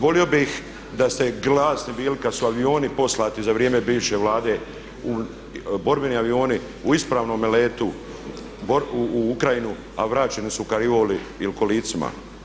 Volio bih da ste glasni bili kad su avioni poslati za vrijeme bivše Vlade, borbeni avioni u ispravnome letu, u Ukrajinu a vraćeni su u karioli i u kolicima.